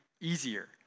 easier